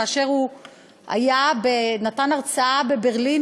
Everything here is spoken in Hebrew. כאשר הוא נתן הרצאה בברלין,